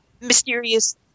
mysterious